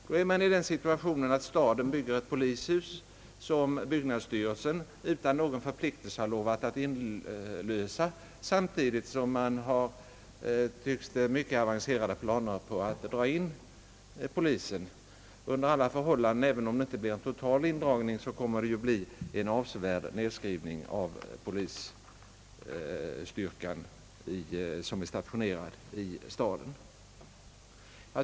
Man är alltså i den situationen att staden bygger ett polishus som byggnadsstyrelsen utan någon förpliktelse har lovat att inlösa, samtidigt som man har, tycks det, mycket avancerade planer på att dra in polisen. även om det inte blir en total indragning kommer det under alla förhållanden att bli en avsevärd nedskrivning av den polisstyrka som är stationerad i staden.